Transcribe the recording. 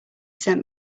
sent